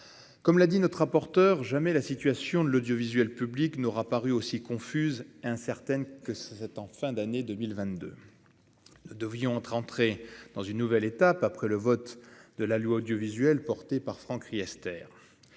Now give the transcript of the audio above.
comme l'a dit notre rapporteur, jamais la situation de l'audiovisuel public n'aura paru aussi confuse incertaine que ça, c'est en fin d'année 2022 de rentrer dans une nouvelle étape après le vote de la loi audiovisuelle portée par Franck Riester